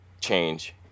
change